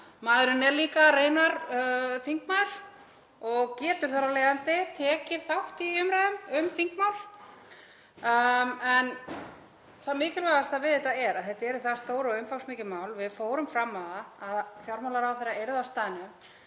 Maðurinn er líka raunar þingmaður og getur þar af leiðandi tekið þátt í umræðum um þingmál. En það mikilvægasta við þetta er að þetta eru stór og umfangsmikil mál og við fórum fram á það að fjármálaráðherra yrði á staðnum.